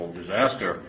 disaster